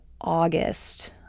August